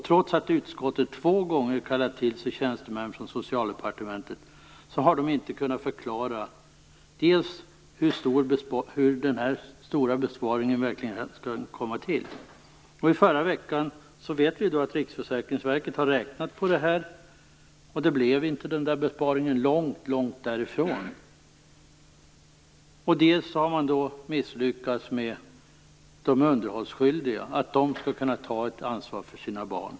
Trots att utskottet två gånger kallat till sig tjänstemän från Socialdepartementet har de inte kunnat förklara hur den stora besparingen verkligen kommer till. I förra veckan räknade Riksförsäkringsverket på det här, och det blir inte en sådan besparing, långt därifrån. Man har vidare misslyckats med att de underhållsskyldiga skall kunna ta ett ansvar för sina barn.